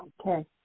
Okay